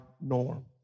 norm